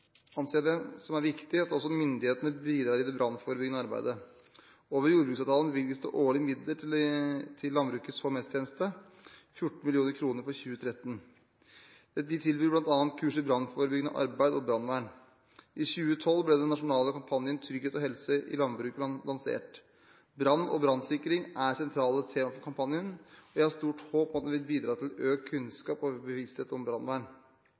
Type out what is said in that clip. som viktig at også myndighetene bidrar i det brannforebyggende arbeidet. Over jordbruksavtalen bevilges det årlig midler til Landbrukets HMS-tjeneste – 14 mill. kr for 2013. De tilbyr bl.a. kurs i brannforebyggende arbeid og brannvern. I 2012 ble den nasjonale kampanjen Trygghet og helse i landbruket lansert. Brann og brannsikring er sentrale tema for kampanjen, og jeg har stort håp om at den vil bidra til økt kunnskap og bevissthet om brannvern.